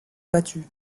battue